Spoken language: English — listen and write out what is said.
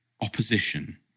Opposition